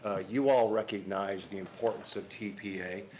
you all recognize the importance of tpa.